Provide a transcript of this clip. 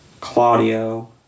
Claudio